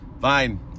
Fine